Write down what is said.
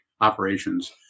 operations